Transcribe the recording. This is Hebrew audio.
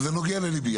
אבל זה נוגע לליבי,